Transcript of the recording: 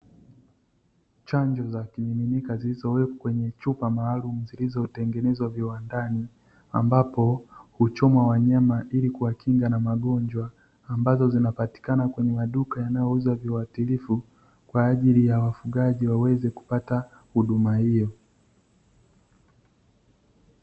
Chanjo za kimiminika zilizowekwa kwenye chupa maalumu zilizotengenezwa viwandani, ambapo huchomwa wanyama ili kuwakinga na magonjwa; ambazo zinapatikana kwenye maduka yanayouza viwatilifu kwa ajili ya wafugaji waweze kupata huduma hiyo.